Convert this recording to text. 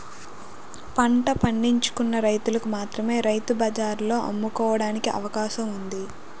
పంట పండించుకున్న రైతులకు మాత్రమే రైతు బజార్లలో అమ్ముకోవడానికి అవకాశం ఉంది